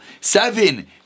seven